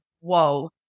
whoa